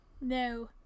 No